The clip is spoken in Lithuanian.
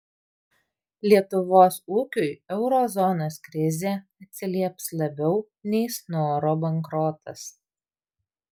lietuvos ūkiui euro zonos krizė atsilieps labiau nei snoro bankrotas